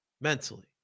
mentally